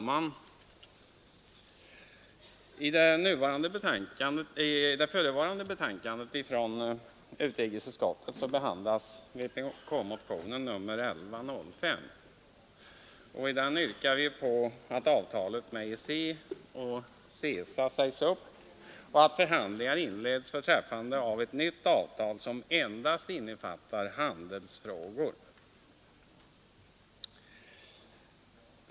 Fru talman! I förevarande betänkande från utrikesutskottet behandlas motionen 1105. I denna yrkar vi att avtalet med EEC och CECA sägs upp och att förhandlingar inleds om träffande av ett nytt avtal, som endast innefattar handelsfrågor.